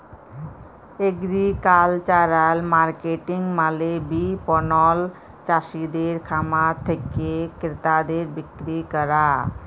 agricultural marketing মালে বিপণল চাসিদের খামার থেক্যে ক্রেতাদের বিক্রি ক্যরা